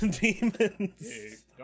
Demons